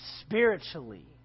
Spiritually